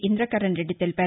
ఇంద్రకరణ్ రెడ్డి తెలిపారు